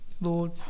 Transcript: lord